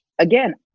again